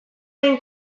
den